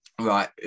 Right